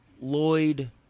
Lloyd